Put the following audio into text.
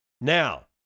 Now